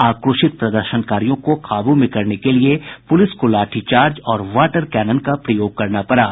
आक्रोशित प्रदर्शनकारियों को काबू में करने के लिए पुलिस को लाठीचार्ज और वाटर कैनन का प्रयोग करना पड़ा